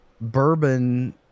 bourbon